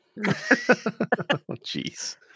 Jeez